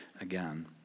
again